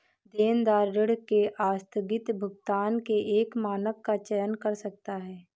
देनदार ऋण के आस्थगित भुगतान के एक मानक का चयन कर सकता है